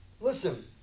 Listen